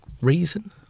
reason